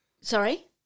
Sorry